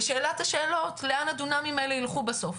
ושאלת השאלות לאן הדונמים האלה ילכו בסוף,